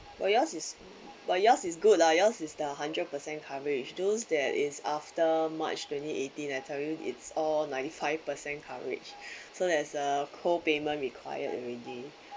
but your is but yours is good lah yours is the one hundred percent coverage those that is after march twenty eighteen I tell you it's all ninety five percent coverage so there's a co-payment required already